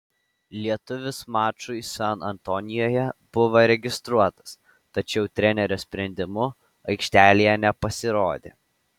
lietuvis mačui san antonijuje buvo registruotas tačiau trenerio sprendimu aikštelėje nepasirodė